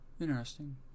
interesting